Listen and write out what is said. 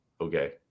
okay